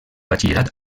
batxillerat